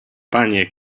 panie